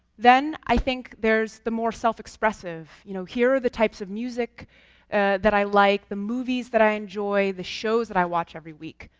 then, i think, there's the more self-expressive. you know, here are the types of music that i like, movies that i enjoy, the shows that i watch every week.